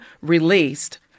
released